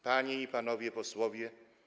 Panie i Panowie Posłowie!